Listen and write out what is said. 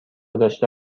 داشته